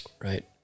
right